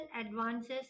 advances